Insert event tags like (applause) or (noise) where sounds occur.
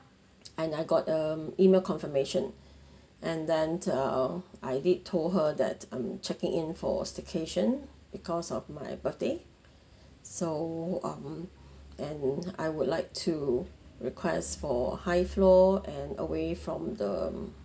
(noise) and I got a email confirmation and then uh I did told her that I'm checking in for staycation because of my birthday so um and I would like to request for high floor and away from the